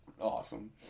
Awesome